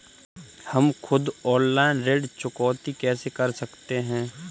हम खुद ऑनलाइन ऋण चुकौती कैसे कर सकते हैं?